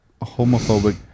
homophobic